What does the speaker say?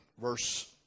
verse